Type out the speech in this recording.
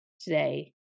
today